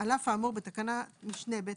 "על אף האמור בתקנת משנה (א),